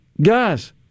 guys